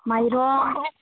माइरं